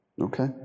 Okay